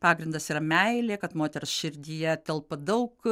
pagrindas yra meilė kad moters širdyje telpa daug